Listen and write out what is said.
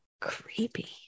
creepy